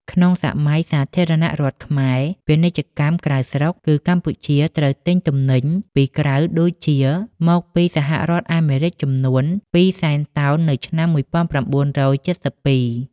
ក្នុងសម័យសាធារណរដ្ឋខ្មែរ ពាណិជ្ជកម្មក្រៅស្រុកគឺកម្ពុជាត្រូវទិញទំនិញពីក្រៅដូចជាមកពីសហរដ្ឋអាមេរិកចំនួន ៧ សែន តោននៅឆ្នាំ ១៩៧២។